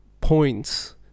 points